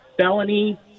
felony